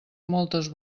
moltes